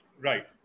Right